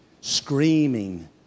screaming